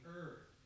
earth